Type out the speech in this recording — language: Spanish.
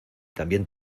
también